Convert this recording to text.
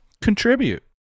contribute